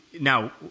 Now